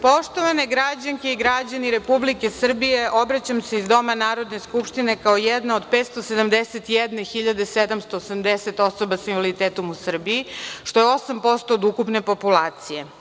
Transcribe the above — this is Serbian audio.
Poštovane građanke i građani Republike Srbije, obraćam se iz Doma Narodne skupštine kao jedna od 571.780 osoba sa invaliditetom u Srbiji, što je 8% od ukupne populacije.